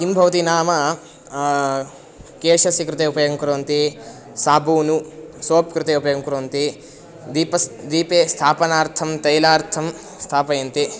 किं भवति नाम केशस्य कृते उपयोगं कुर्वन्ति साबूनु सोप् कृते उपयोगं कुर्वन्ति दीपस् दीपे स्थापनार्थं तैलार्थं स्थापयन्ति